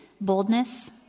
boldness